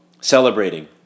celebrating